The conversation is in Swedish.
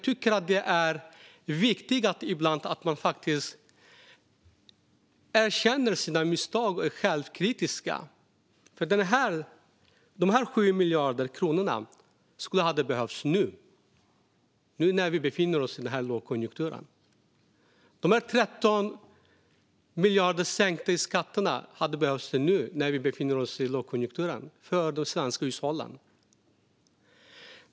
Ibland är det viktigt att erkänna sina misstag och vara självkritisk. De 7 miljarderna skulle behövas nu, när vi befinner oss i den här lågkonjunkturen. Och de 13 miljarderna i sänkt skatt skulle de svenska hushållen behöva nu när vi befinner oss i den här lågkonjunkturen.